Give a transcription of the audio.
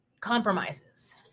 compromises